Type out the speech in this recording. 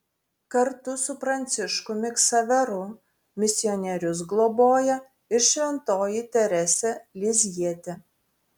kartu su pranciškumi ksaveru misionierius globoja ir šventoji teresė lizjietė